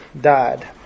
died